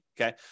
okay